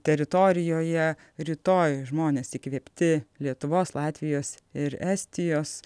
teritorijoje rytoj žmonės įkvėpti lietuvos latvijos ir estijos